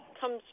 comes